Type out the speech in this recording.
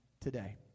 today